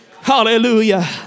hallelujah